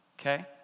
Okay